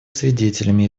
свидетелями